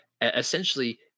essentially